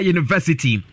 University